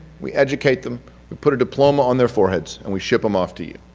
we educate them, we put a diploma on their foreheads and we ship them off to you.